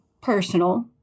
personal